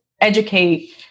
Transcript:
Educate